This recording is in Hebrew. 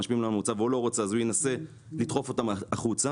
והוא לא רוצה אז הוא ינסה לדחוף אותם החוצה.